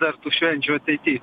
dar tų švenčių ateity